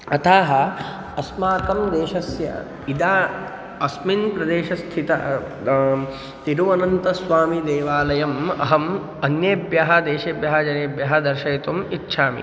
अतः अस्माकं देशस्य इदम् अस्मिन् प्रदेशस्थितं तिरुवनन्तस्वामीदेवालयम् अहम् अन्येभ्यः देशेभ्यः जनेभ्यः दर्शयितुम् इच्छामि